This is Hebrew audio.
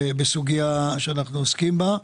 בסוגיה שאנחנו עוסקים בה,